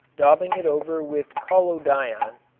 daubing it over with collodion,